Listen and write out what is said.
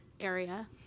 area